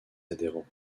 adhérents